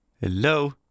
Hello